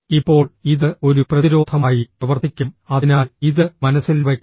ഇപ്പോൾ ഇത് ഒരു പ്രതിരോധമായി പ്രവർത്തിക്കും അതിനാൽ ഇത് മനസ്സിൽ വയ്ക്കുക